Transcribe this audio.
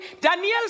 Daniel's